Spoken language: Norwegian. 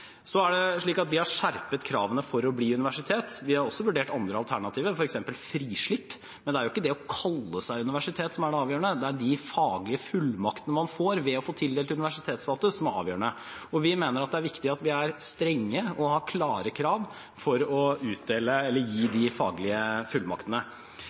Så er det slik at vi har skjerpet kravene for å bli universitet. Vi har også vurdert andre alternativer, f.eks. frislipp, men det er jo ikke det å kalle seg universitet som er det avgjørende, det er de faglige fullmaktene man får ved å få tildelt universitetsstatus som er avgjørende. Vi mener at det er viktig at vi er strenge og har klare krav for å gi de faglige fullmaktene.